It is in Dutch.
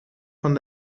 van